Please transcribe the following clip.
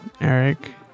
Eric